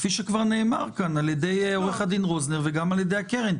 כפי שכבר נאמר כאן על ידי עורך דין רוזנר וגם על ידי הקרן,